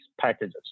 packages